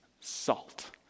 salt